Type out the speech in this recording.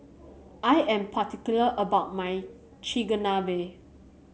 I am particular about my Chigenabe